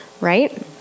right